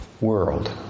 world